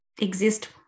exist